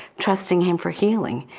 trusting him for healing.